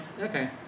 Okay